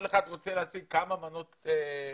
אחד רוצה להשיג ולהראות כמה מנות הוא נתן